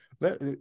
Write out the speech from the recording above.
let